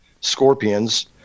Scorpions